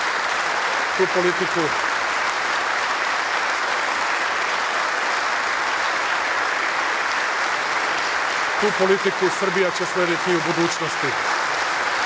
Tu politiku Srbija će slediti u budućnosti. Mi